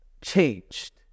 changed